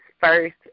first